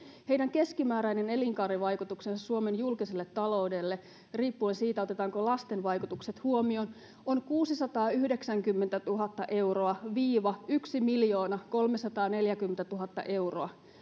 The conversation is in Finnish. keskimääräinen elinkaarivaikutus suomen julkiselle taloudelle riippuen siitä otetaanko lasten vaikutukset huomioon on kuusisataayhdeksänkymmentätuhatta euroa miljoonakolmesataaneljäkymmentätuhatta euroa